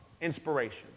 Inspiration